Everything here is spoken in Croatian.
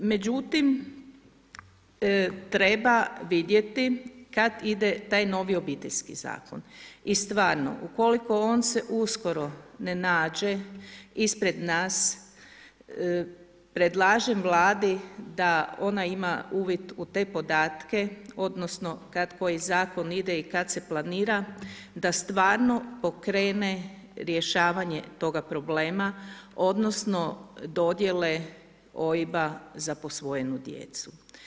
Međutim, treba vidjeti kada ide taj novi Obiteljski zakon i stvarno ukoliko se on uskoro ne nađe ispred nas, predlažem Vladi da ona ima uvid u te podatke odnosno kada koji zakon ide i kada se planira, da stvarno pokrene rješavanje toga problema odnosno dodjele OIB-a za posvojenu djecu.